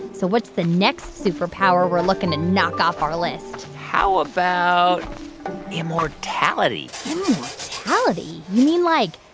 so what's the next superpower we're looking to knock off our list? how about immortality? immortality? you mean, like,